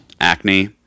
acne